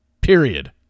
period